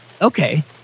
Okay